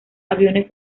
aviones